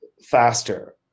faster